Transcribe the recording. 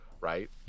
right